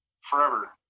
forever